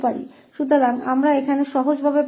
तो हम यहाँ 𝑠 − 2𝑋𝑠 3𝑌𝑠 8 प्राप्त करेंगे